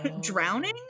drowning